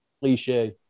cliche